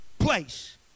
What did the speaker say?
place